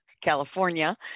California